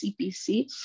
CPC